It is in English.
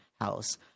house